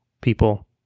people